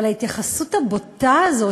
אבל ההתייחסות הבוטה הזאת,